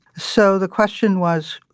so the question was,